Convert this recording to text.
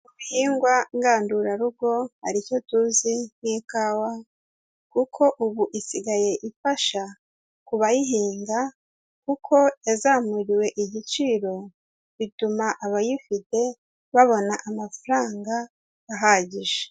Mu bihingwa ngandurarugo hari icyo tuzi nk'ikawa, kuko ubu isigaye ifasha ku bayihinga kuko yazamuriwe igiciro, bituma abayifite babona amafaranga ahagije.